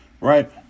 right